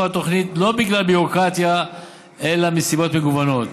התוכנית לא בגלל ביורוקרטיה אלא מסיבות מגוונות,